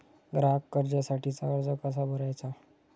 ग्राहक कर्जासाठीचा अर्ज कसा भरायचा?